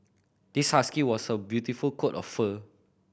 this husky has a beautiful coat of fur